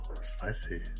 spicy